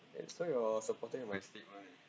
and so you're supporting my statement